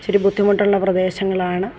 ഇച്ചിരി ബുദ്ധിമുട്ടുള്ള പ്രദേശങ്ങളാണ്